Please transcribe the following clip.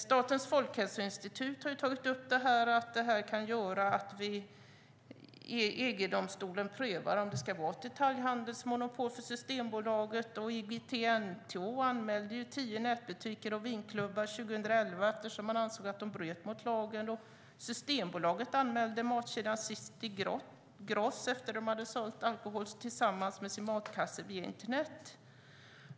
Statens folkhälsoinstitut har sagt att det kan betyda att EU-domstolen prövar om det ska vara ett detaljhandelsmonopol när det gäller Systembolaget, och IOGT-NTO anmälde 2011 tio nätbutiker och vinklubbar eftersom man ansåg att de bröt mot lagen. Systembolaget anmälde matkedjan City Gross efter att de på internet hade sålt alkohol tillsammans med sin matkasse.